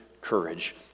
courage